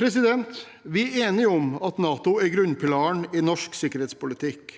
av Europa. Vi er enige om at NATO er grunnpilaren i norsk sikkerhetspolitikk.